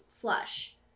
flush